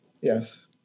Yes